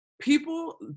People